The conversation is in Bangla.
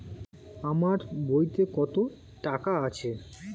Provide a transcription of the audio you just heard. আমার বইতে কত টাকা আছে?